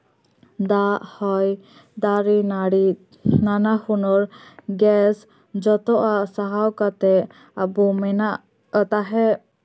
ᱫᱟᱜ ᱦᱚᱭ ᱫᱟᱨᱮᱼᱱᱟᱹᱲᱤ ᱱᱟᱱᱟ ᱦᱩᱱᱟᱹᱨ ᱜᱮᱥ ᱡᱚᱛᱚᱣᱟᱜ ᱥᱟᱦᱟᱣ ᱠᱟᱛᱮᱫ ᱟᱵᱚ ᱢᱮᱱᱟᱜ ᱛᱟᱦᱮᱸᱜ